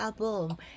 album